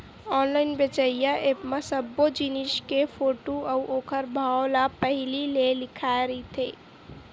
online बेचइया app म सब्बो जिनिस के फोटू अउ ओखर भाव ह पहिली ले लिखाए रहिथे